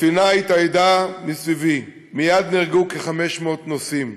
הספינה התאיידה מסביבי, מייד נהרגו כ-500 נוסעים.